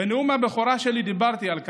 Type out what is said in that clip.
בנאום הבכורה שלי דיברתי על כך,